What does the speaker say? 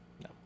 No